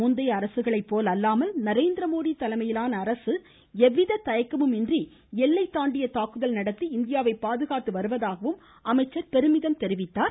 முந்தைய அரசுகளை போல அல்லாமல் நரேந்திரமோடி தலைமையிலான அரசு எவ்வித தயக்கமுமின்றி எல்லைதாண்டிய தாக்குதல் நடத்தி இந்தியாவை பாதுகாத்து வருவதாக அவர் பெருமிதம் தெரிவித்தார்